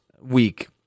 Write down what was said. week